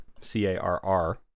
C-A-R-R